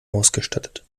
ausgestattet